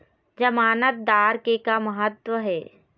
जमानतदार के का महत्व हे?